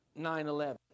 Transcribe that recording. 9-11